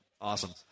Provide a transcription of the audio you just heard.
Awesome